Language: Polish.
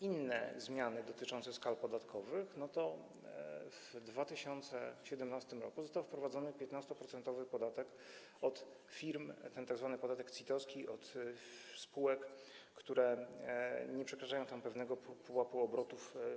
inne zmiany dotyczące skal podatkowych, to w 2017 r. został wprowadzony 15-procentowy podatek od firm, tzw. podatek CIT-owski od spółek, które nie przekraczają pewnego pułapu obrotów.